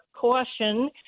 caution